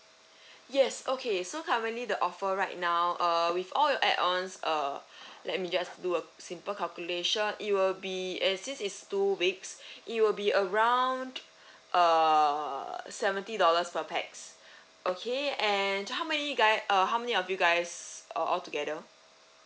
yes okay so currently the offer right now uh with all add ons uh let me just do a simple calculation it will be a this is two weeks it will be around uh seventy dollars per pax okay and how many guy uh how many of you guys uh all together